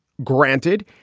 granted,